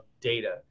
data